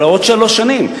עוד שלוש שנים,